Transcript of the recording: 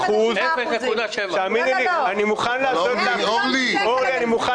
אני מוכן --- אורלי --- אני מוכן